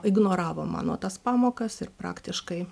ignoravo mano tas pamokas ir praktiškai